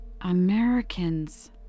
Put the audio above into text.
Americans